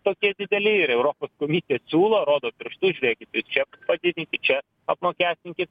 tokie dideli ir europos komisija siūlo rodo pirštu žiūrėkit ir čia padidinkit čia apmokestinkit